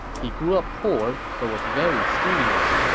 he grew up poor but was very studious.